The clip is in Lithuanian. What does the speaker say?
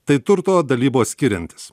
tai turto dalybos skiriantis